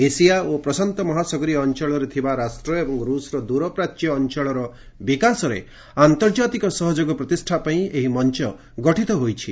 Asia ଓ ପ୍ରଶାନ୍ତମହାସାଗରୀୟ ଅଞ୍ଚଳରେ ଥିବା ରାଷ୍ଟ୍ର ଏବଂ ରୁଷର ଦୂରପ୍ରାଚ୍ୟ ଅଞ୍ଚଳର ବିକାଶରେ ଆନ୍ତର୍ଜାତିକ ସହଯୋଗ ପ୍ରତିଷ୍ଠା ପାଇଁ ଏହି ମଞ୍ଚ ଗଠିତ ହୋଇଛି